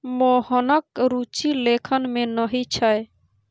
मोहनक रुचि लेखन मे नहि छै